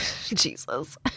Jesus